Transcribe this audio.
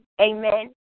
amen